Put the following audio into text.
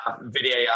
video